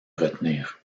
retenir